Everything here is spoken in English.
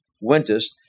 wentest